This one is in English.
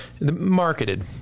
marketed